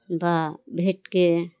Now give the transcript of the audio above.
বা ভেটকি